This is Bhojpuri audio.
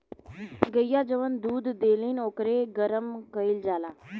गइया जवन दूध देली ओकरे के गरम कईल जाला